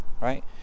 right